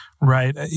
Right